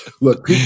Look